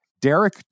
derek